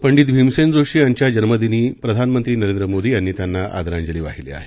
पंडित भीमसेनजोशीयांच्याजन्मदिनीप्रधानमंत्रीनरेंद्रमोदीयांनीत्यांना आदरांजली वाहिली आहे